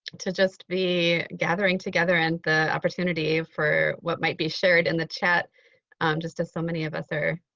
to just be gathering together at and the opportunity for what might be shared in the chat um just as so many of us are